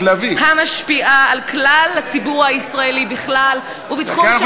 המשפיעה על הציבור הישראלי בכלל ובתחום שירותי הדת בפרט.